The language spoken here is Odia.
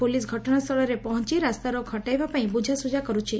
ପୋଲିସ୍ ଘଟଣାସ୍ଚଳରେ ପହଞ୍ ରାସ୍ତାରୋକ ହଟାଇବା ପାଇଁ ବୁଝାସୁଝା କରୁଛି